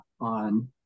on